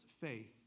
faith